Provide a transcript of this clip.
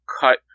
cut